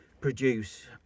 produce